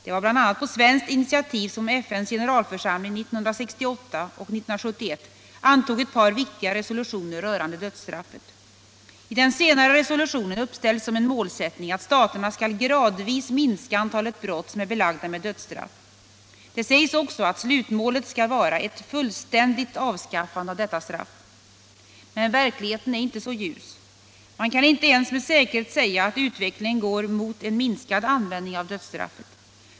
Det var bl.a. på svenskt initiativ som FN:s generalförsamling 1968 och 1971 antog ett par viktiga resolutioner rörande dödsstraffet. I den senare resolutionen uppställs som en målsättning att staterna skall gradvis minska antalet brott som är belagda med dödsstraff. Det sägs också att slutmålet skall vara ett fullständigt avskaffande av detta straff. Men verkligheten är inte så ljus. Man kan inte ens med säkerhet säga att utvecklingen går mot en minskad användning av dödsstraffet.